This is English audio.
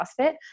CrossFit